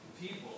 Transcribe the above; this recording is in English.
people